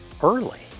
early